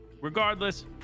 regardless